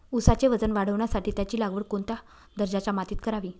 ऊसाचे वजन वाढवण्यासाठी त्याची लागवड कोणत्या दर्जाच्या मातीत करावी?